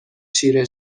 چیره